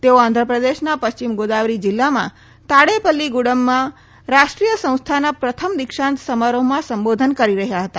તેઓ આંધ્રપ્રદેશના પશ્ચિમ ગોદાવરી જિલ્લામાં તાડેપલ્લીગુડમમાં રાષ્ટ્રીય સંસ્થાના પ્રથમ દિક્ષાંત સમારંભમાં સંબોધન કરી રહ્યા હતા